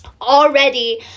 already